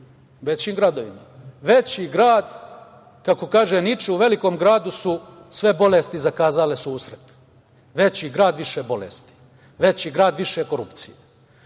većim gradovima. Kako kažu, u velikom gradu su sve bolesti zakazale susret. Veći grad, više bolesti. Veći grad, više korupcije.